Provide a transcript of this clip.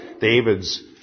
David's